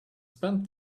spent